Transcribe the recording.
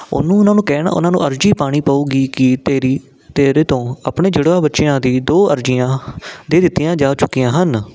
ਉਹਨੂੰ ਉਹਨਾਂ ਨੂੰ ਕਹਿਣਾ ਉਹਨਾਂ ਨੂੰ ਅਰਜ਼ੀ ਪਾਉਣੀ ਪਊਗੀ ਕਿ ਤੇਰੀ ਤੇਰੇ ਤੋਂ ਆਪਣੇ ਜੁੜਵਾਂ ਬੱਚਿਆਂ ਦੀ ਦੋ ਅਰਜ਼ੀਆਂ ਦੇ ਦਿੱਤੀਆਂ ਜਾ ਚੁੱਕੀਆਂ ਹਨ